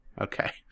Okay